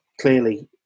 clearly